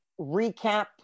recap